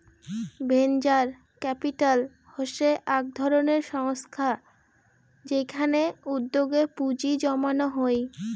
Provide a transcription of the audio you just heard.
venture capital হসে আক ধরণের সংস্থা যেইখানে উদ্যোগে পুঁজি জমানো হই